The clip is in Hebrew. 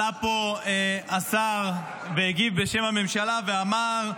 עלה פה השר והגיב בשם הממשלה ואמר: